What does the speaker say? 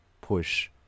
push